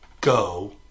go